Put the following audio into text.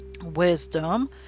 wisdom